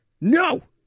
No